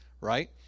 right